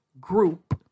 group